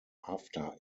after